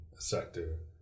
Sector